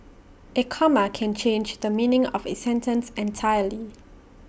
A comma can change the meaning of A sentence entirely